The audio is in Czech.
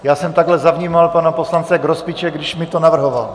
Já jsem takhle zavnímal pana poslance Grospiče, když mi to navrhoval...